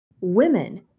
women